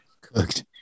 Cooked